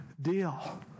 deal